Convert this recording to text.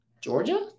Georgia